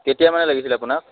কেতিয়া মানে লাগিছিল আপোনাক